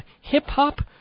hip-hop